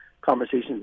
conversations